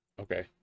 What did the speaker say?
Okay